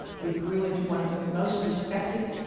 we grew into one of the most respected,